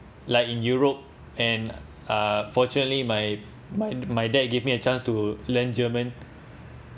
like in europe and uh fortunately my my my dad gave me a chance to learn german